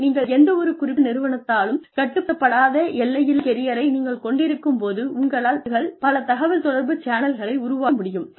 ஆகவே நீங்கள் எந்தவொரு குறிப்பிட்ட நிறுவனத்தாலும் கட்டுப்படுத்தப்படாத எல்லையில்லா கெரியரை நீங்கள் கொண்டிருக்கும் போது உங்களால் பல நெட்வொர்க்குகள் பல நண்பர்கள் பல தகவல் தொடர்பு சேனல்களை உருவாக்க முடியும்